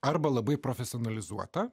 arba labai profesionali duota